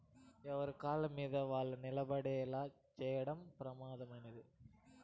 ఎవరి కాళ్ళమీద వాళ్ళు నిలబడేలా చేయడం ప్రధానమైనది